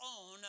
own